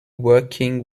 working